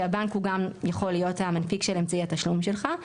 שהבנק יכול להיות גם מנפיק אמצעי התשלום שלך,